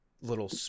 little